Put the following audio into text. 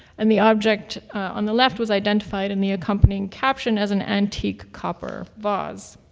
and the object on the left was identified in the accompanying caption as an antique copper vase.